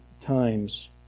times